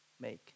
make